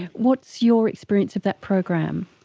what's your experience of that program?